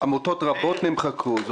עמותות רבות נמחקו,